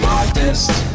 Modest